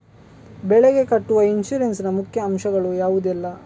ಬೆಳೆಗೆ ಕಟ್ಟುವ ಇನ್ಸೂರೆನ್ಸ್ ನ ಮುಖ್ಯ ಅಂಶ ಗಳು ಯಾವುದೆಲ್ಲ?